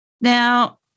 Now